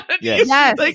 Yes